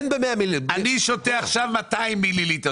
אני שותה עכשיו 200 מיליליטר,